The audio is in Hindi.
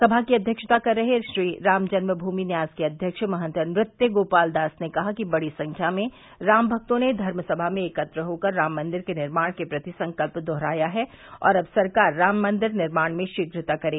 समा की अध्यक्षता कर रहे श्री राम जन्मभूमि न्यास के अध्यक्ष महंत नृत्य गोपाल दास ने कहा कि बड़ी संख्या में राम भक्तों ने धर्मसमा में एकत्र होकर राम मंदिर के निर्माण के प्रति संकल्य दोहराया है और अब सरकार राम मंदिर निर्माण में शीघ्रता करे